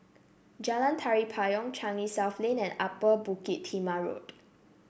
Jalan Tari Payong Changi South Lane and Upper Bukit Timah Road